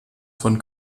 von